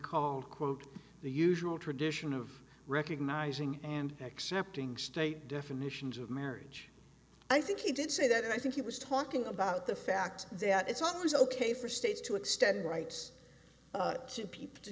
called quote the usual tradition of recognizing and accepting state definitions of marriage i think he did say that and i think he was talking about the fact that it's always ok for states to extend rights to people to